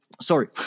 sorry